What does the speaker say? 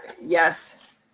Yes